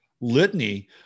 litany